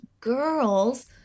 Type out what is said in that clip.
girls